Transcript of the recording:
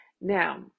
Now